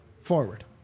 forward